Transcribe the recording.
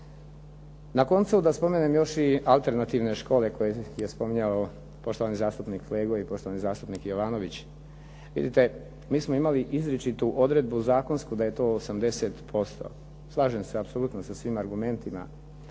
Na koncu da spomenem još i alternativne škole koje je spominjao poštovani zastupnik Flego i poštovani zastupnik Jovanović. Vidite, mi smo imali izričitu odredbu zakonsku da je to 80%. Slažem se apsolutno sa svim argumentima.